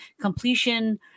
completion